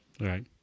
Right